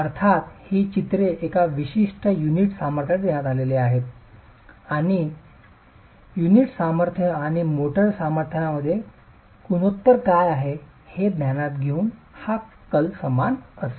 अर्थात ही चित्रे एका विशिष्ट युनिट सामर्थ्यासाठी देण्यात आली आहेत आणि युनिट सामर्थ्य आणि मोर्टार सामर्थ्यामध्ये गुणोत्तर काय आहेत हे ध्यानात घेऊन हा कल समान असेल